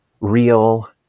real